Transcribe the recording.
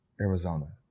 Arizona